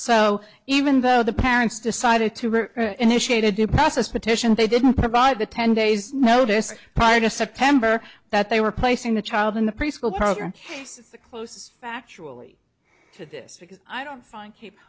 so even though the parents decided to initiate a due process petition they didn't provide the ten days notice prior to september that they were placing the child in the preschool program the closest factually to this because i don't find keep